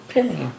Penny